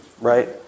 right